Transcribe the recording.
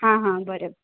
हां हां बरें